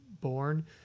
born